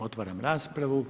Otvaram raspravu.